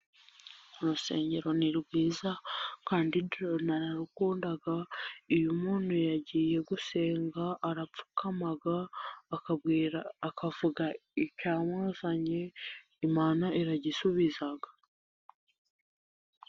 Urusengero ni rwiza kandi tunararukunda, uyo umuntu yagiye gusenga arapfukama akagwira, akavuga icyamuzanye Imana iragisubizaga.